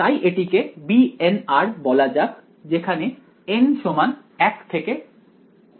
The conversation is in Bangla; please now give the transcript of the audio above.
তাই এটিকে bn বলা যাক যেখানে n সমান 1 থেকে N